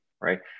right